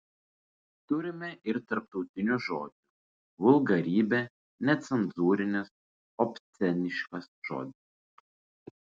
turime ir tarptautinių žodžių vulgarybė necenzūrinis obsceniškas žodis